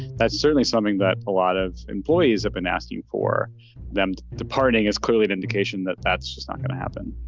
that's certainly something that a lot of employees have been asking for them. the parting is clearly an indication that that's just not going to happen